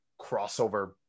crossover